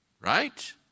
right